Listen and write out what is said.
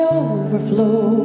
overflow